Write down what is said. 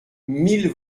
mille